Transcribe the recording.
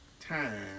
time